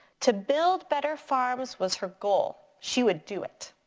to build better farms was her goal, she would do it.